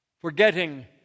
forgetting